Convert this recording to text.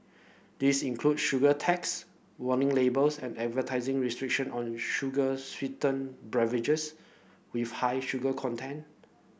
these include sugar tax warning labels and advertising restriction on sugar sweetened with high sugar content